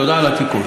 תודה על התיקון.